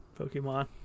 Pokemon